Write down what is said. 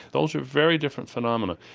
those are very different phenomena.